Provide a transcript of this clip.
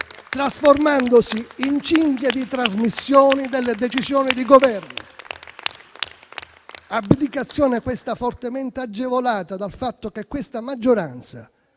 trasformandosi in cinghia di trasmissione delle decisioni del Governo; abdicazione, questa, fortemente agevolata dal fatto che l'attuale maggioranza